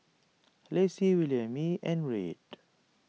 Lacey Williemae and Red